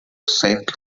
saint